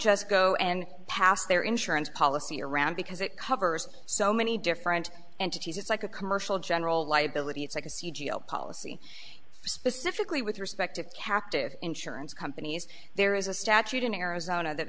just go and pass their insurance policy around because it covers so many different entities it's like a commercial general liability it's like a c g policy specifically with respect to captive insurance companies there is a statute in arizona that